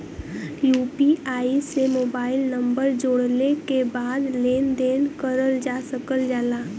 UPI से mobile number जोड़ले के बाद लेन देन करल जा सकल जाला